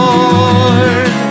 Lord